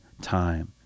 time